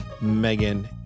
Megan